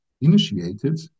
initiated